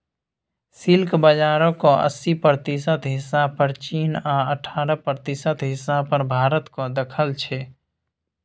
silk बजारक अस्सी प्रतिशत हिस्सा पर चीन आ अठारह प्रतिशत हिस्सा पर भारतक दखल छै